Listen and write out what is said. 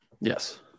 Yes